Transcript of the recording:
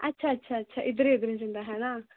अच्छा अच्छा अच्छा इद्धरै इद्धरै जंदा है ना